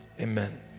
amen